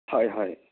হয় হয়